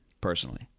personally